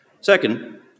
Second